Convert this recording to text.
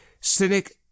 Cynic